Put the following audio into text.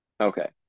okay